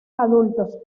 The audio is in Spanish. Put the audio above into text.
adultos